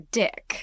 dick